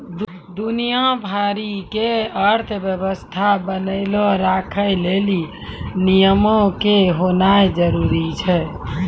दुनिया भरि के अर्थव्यवस्था बनैलो राखै लेली नियमो के होनाए जरुरी छै